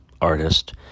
artist